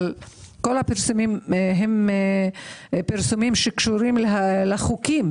כל הפרסומים הם שקשורים לחוקים,